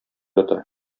ята